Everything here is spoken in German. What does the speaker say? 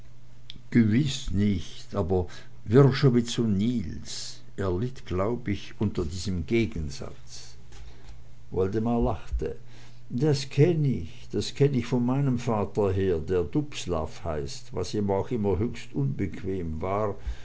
gewiß nicht aber wrschowitz und niels er litt glaub ich unter diesem gegensatz woldemar lachte das kenn ich das kenn ich von meinem vater her der dubslav heißt was ihm auch immer höchst unbequem war